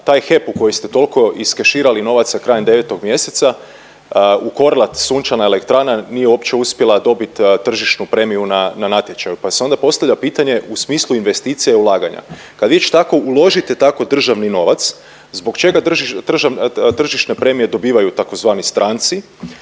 taj HEP u koji ste toliko iskeširali novaca krajem 9. mjeseca u Korlat sunčana elektrana nije uopće uspjela dobiti tržišnu premiju na na natječaju, pa se onda postavlja pitanje u smislu investicija i ulaganja. Kad već tako uložite tako državni novac, zbog čega tržišne premije dobivaju tzv. stranci?